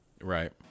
Right